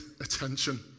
attention